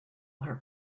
her